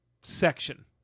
section